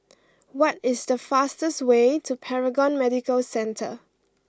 what is the fastest way to Paragon Medical Centre